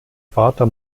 vater